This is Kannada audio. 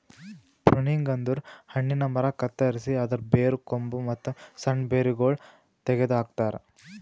ಪ್ರುನಿಂಗ್ ಅಂದುರ್ ಹಣ್ಣಿನ ಮರ ಕತ್ತರಸಿ ಅದರ್ ಬೇರು, ಕೊಂಬು, ಮತ್ತ್ ಸಣ್ಣ ಬೇರಗೊಳ್ ತೆಗೆದ ಹಾಕ್ತಾರ್